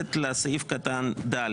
מתייחסת לסעיף קטן (ד),